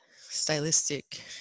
stylistic